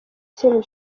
cyemezo